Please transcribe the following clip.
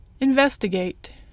investigate